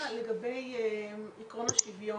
שאלה לגבי עקרון השוויון.